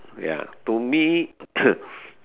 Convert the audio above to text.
ya to me